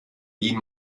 wie